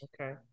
Okay